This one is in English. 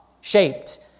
shaped